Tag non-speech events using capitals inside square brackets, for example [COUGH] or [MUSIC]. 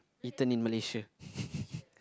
eaten in Malaysia [LAUGHS]